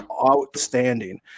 outstanding